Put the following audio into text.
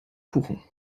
kuchen